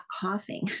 coughing